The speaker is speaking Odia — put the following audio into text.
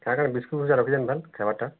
କାଁ କାଁ ବିସ୍କୁଟ୍ଟା ରଖିଛନ୍ତି ତ ଖାଇବାର୍ଟା